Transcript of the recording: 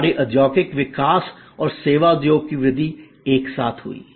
हमारे औद्योगिक विकास और सेवा उद्योग की वृद्धि एक साथ हुई